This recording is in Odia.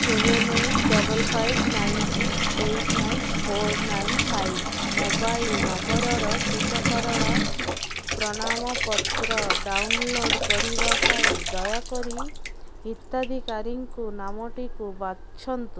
seven eight double five nine six eight nine four nine five mobile ନମ୍ବର୍ର ଟିକାକରଣ ପ୍ରଣାମପତ୍ର ଡାଉନଲୋଡ଼୍ କରିବା ପାଇଁ ଦୟାକରି ହିତାଧିକାରୀ ନାମଟିକୁ ବାଛନ୍ତୁ